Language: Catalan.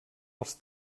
els